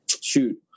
shoot